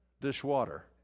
dishwater